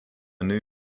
new